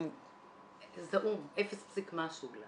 זעום, אפס פסיק משהו.